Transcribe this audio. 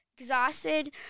Exhausted